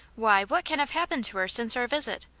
why, what can have happened to her since our visit?